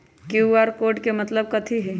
QR code के मतलब कथी होई?